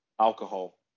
alcohol